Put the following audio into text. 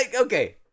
okay